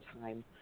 time